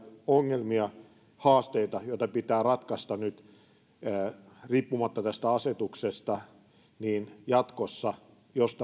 ongelmia haasteita joita pitää ratkaista nyt riippumatta tästä asetuksesta jos ja kun tämä tilanne jatkossa